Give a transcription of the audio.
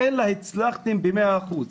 אלא הצלחתם ב-100%.